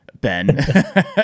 Ben